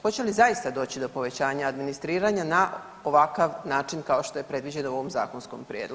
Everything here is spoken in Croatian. Hoće li zaista doći do povećanja administriranja na ovakav način kao što je predviđeno u ovom zakonskom prijedlogu?